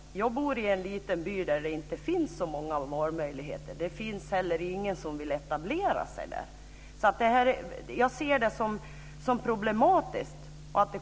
Jag bor i en liten by där det inte finns så många valmöjligheter. Det finns heller ingen som vill etablera sig där. Jag ser alltså detta som problematiskt.